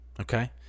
Okay